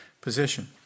position